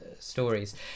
stories